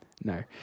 No